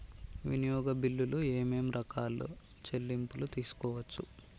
వినియోగ బిల్లులు ఏమేం రకాల చెల్లింపులు తీసుకోవచ్చు?